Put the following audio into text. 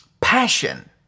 passion